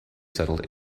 settled